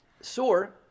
soar